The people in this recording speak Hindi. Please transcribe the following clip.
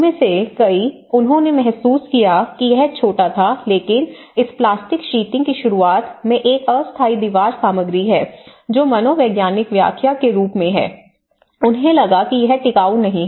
उनमें से कई उन्होंने महसूस किया कि यह छोटा था लेकिन इस प्लास्टिक शीटिंग की शुरूआत में एक अस्थायी दीवार सामग्री है जो मनोवैज्ञानिक व्याख्या के रूप में है उन्हें लगा कि यह टिकाऊ नहीं है